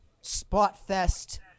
spot-fest